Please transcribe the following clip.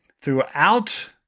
throughout